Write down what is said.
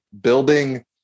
building